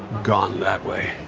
gone that way.